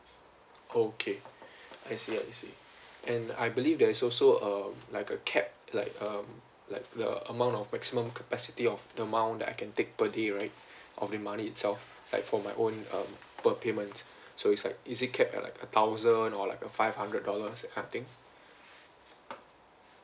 okay I see I see and I believe there's also a like a cap like um like the amount of maximum capacity of the amount that I can take per day right of the money itself like for my own um p~ payments so is like is it capped at like a thousand or like a five hundred dollars that kind of thing